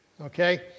Okay